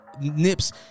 Nip's